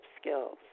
skills